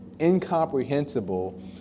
incomprehensible